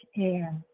air